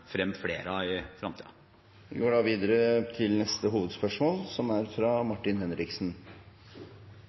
frem flere av i fremtiden. Vi går til neste hovedspørsmål. Det er